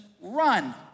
run